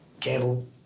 Campbell